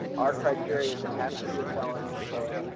our criteria is it has to be a felony, so it,